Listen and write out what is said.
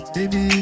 Baby